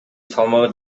салмагы